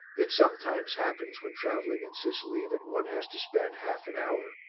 it sometimes happens when travelling in sicily that one has to spend half an hour,